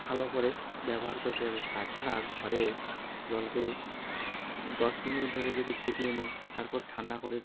ভালো করে ব্যবহার করতে পারি তাছাড়া ঘরে জলকে দশ মিনিট ধরে যদি ফুটিয়ে নিই তারপর ঠান্ডা করে